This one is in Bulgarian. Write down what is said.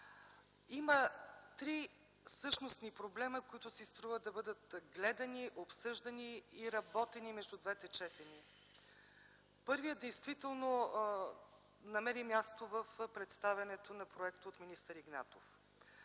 Има три същностни проблема, които си струва да бъдат гледани, обсъждани и работени между двете четения. Първият действително намери място в представянето на проекта от министър Игнатов.